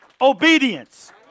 Obedience